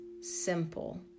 simple